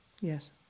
Yes